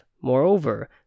moreover